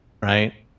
right